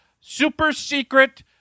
super-secret